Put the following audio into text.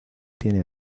tiene